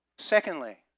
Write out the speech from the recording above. Secondly